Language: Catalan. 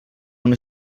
una